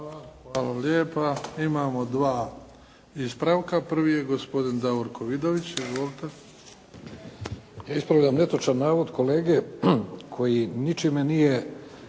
Hvala. Hvala lijepa. Imamo dva ispravka. Prvi je gospodin Davorko Vidović. Izvolite. **Vidović, Davorko (SDP)** Ispravljam netočan navod kolege koji ničime nije